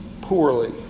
poorly